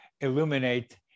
illuminate